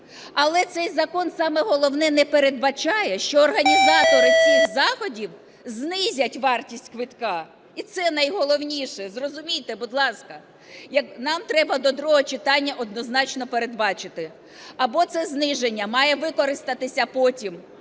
Але цей закон, саме головне, не передбачає, що організатори цих заходів знизять вартість квитка. І це найголовніше, зрозумійте, будь ласка. Нам треба до другого читання однозначно передбачити: або це зниження має використатися потім,